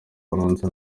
amahanga